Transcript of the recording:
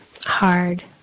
hard